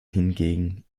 hingegen